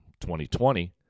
2020